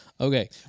Okay